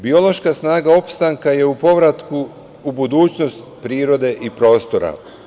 Biološka snaga opstanka je u povratku u budućnost prirode i prostora.